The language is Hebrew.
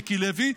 מיקי לוי,